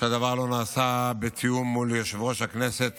שהדבר לא נעשה בתיאום עם יושב-ראש הכנסת